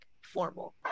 formal